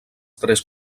tres